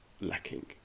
lacking